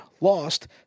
lost